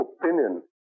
opinion